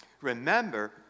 Remember